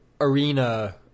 arena